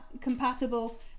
compatible